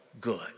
good